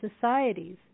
societies